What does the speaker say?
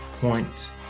points